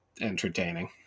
entertaining